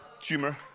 Tumor